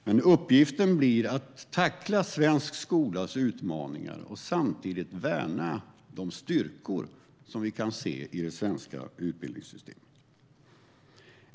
Men uppgiften blir att tackla svensk skolas utmaningar och samtidigt värna de styrkor vi kan se i det svenska utbildningssystemet.